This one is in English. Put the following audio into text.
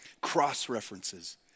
cross-references